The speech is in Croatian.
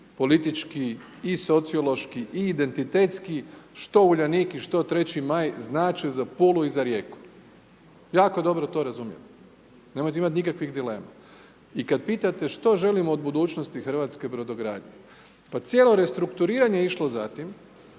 politički i sociološki i identitetski što Uljanik i što 3. Maj znače i za Pulu i za Rijeku. Jako dobro to razumijem, ne morate imati nikakvih dilema. I kada pitate što želite od budućnosti hrvatske brodogradnje, pa cijelo restrukturiranje je išlo za tim,